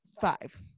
five